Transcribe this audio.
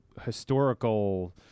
historical